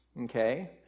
okay